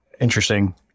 interesting